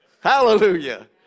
Hallelujah